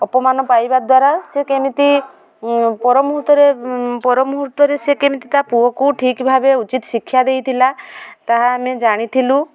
ଅପମାନ ପାଇବା ଦ୍ୱାରା ସିଏ କେମିତି ପରମୁହୂର୍ତ୍ତରେ ପରମୁହୂର୍ତ୍ତରେ ସିଏ କେମିତି ତା ପୁଅକୁ ଠିକ୍ ଭାବେ ଉଚିତ୍ ଶିକ୍ଷା ଦେଇଥିଲା ତାହା ଆମେ ଜାଣିଥିଲୁ